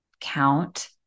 count